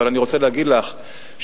אבל אני רוצה להגיד לך שככלל,